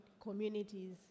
communities